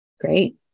Great